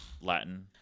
latin